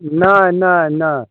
नहि नहि नहि